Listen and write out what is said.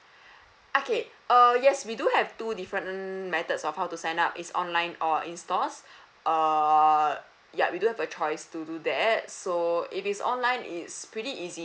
okay uh yes we do have two different methods of how to sign up it's online or in stores uh ya we do have a choice to do that so if it's online it's pretty easy